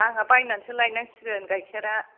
आंहा बायनानैसो लायनांसिगो गाइखेरा